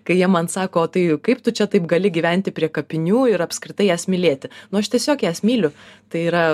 kai jie man sako tai kaip tu čia taip gali gyventi prie kapinių ir apskritai jas mylėti nu aš tiesiog jas myliu tai yra